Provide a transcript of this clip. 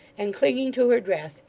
and clinging to her dress,